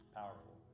powerful